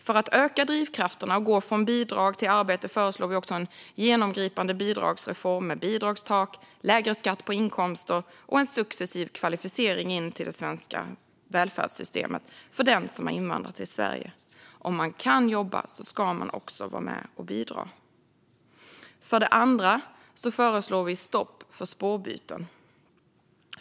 För att öka drivkrafterna att gå från bidrag till arbete föreslår vi också en genomgripande bidragsreform med bidragstak, lägre skatt på inkomster och en successiv kvalificering till de svenska välfärdssystemen för den som har invandrat till Sverige. Om man kan jobba ska man också vara med och bidra. För det andra föreslår vi ett stopp för spårbyten.